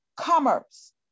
commerce